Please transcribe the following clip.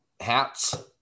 hats